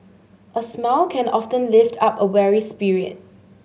a smile can often lift up a weary spirit